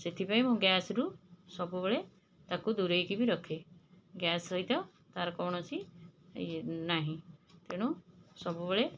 ସେଥିପାଇଁ ମୁଁ ଗ୍ୟାସ୍ରୁ ସବୁବେଳେ ତାକୁ ଦୁରେଇକି ବି ରଖେ ଗ୍ୟାସ୍ ସହିତ ତା'ର କୌଣସି ଇଏ ନାହିଁ ତେଣୁ ସବୁବେଳେ